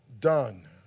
done